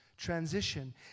transition